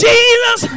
Jesus